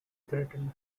threaten